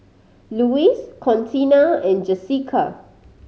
Lois Contina and Jesica